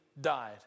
died